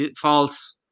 false